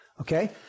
Okay